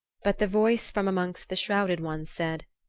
but the voice from amongst the shrouded ones said,